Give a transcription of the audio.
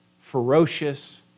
ferocious